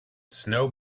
snow